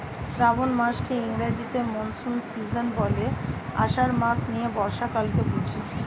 শ্রাবন মাসকে ইংরেজিতে monsoon season বলে, আষাঢ় মাস নিয়ে বর্ষাকালকে বুঝি